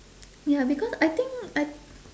ya because I think I